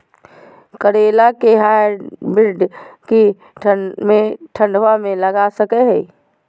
करेला के हाइब्रिड के ठंडवा मे लगा सकय हैय?